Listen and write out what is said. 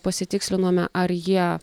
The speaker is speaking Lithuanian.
pasitikslinome ar jie